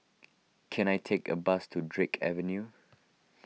can I take a bus to Drake Avenue